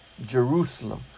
Jerusalem